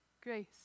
grace